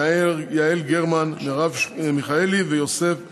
יעל גרמן, מרב מיכאלי ויוסף ג'בארין.